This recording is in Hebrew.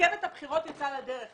רכבת הבחירות יצאה לדרך.